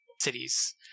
Cities